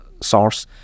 source